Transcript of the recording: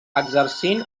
exercint